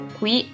qui